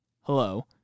Hello